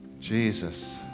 Jesus